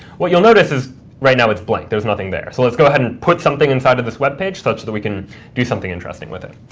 what you'll notice is right now, it's blank. there's nothing there. so let's go ahead and put something inside of this web page such that we can do something interesting with it.